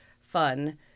fun